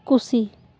ᱠᱩᱥᱤ